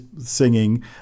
singing